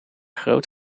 groot